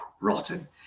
rotten